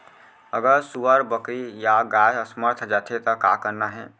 अगर सुअर, बकरी या गाय असमर्थ जाथे ता का करना हे?